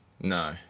No